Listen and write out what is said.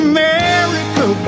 America